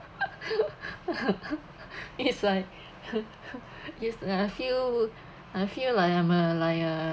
it's like it's like I feel I feel like I am uh like a